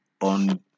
on